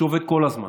שעובד כל הזמן.